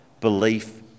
belief